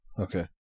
okay